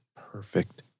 perfect